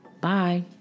bye